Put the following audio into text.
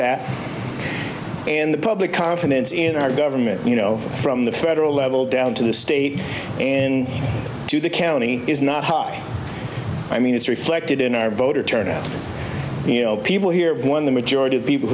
that and the public confidence in our government you know from the federal level down to the state and to the county is not hot i mean it's reflected in our voter turnout you know people here one the majority of people